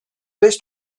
beş